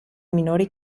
minori